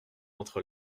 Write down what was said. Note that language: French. entre